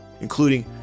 including